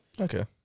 Okay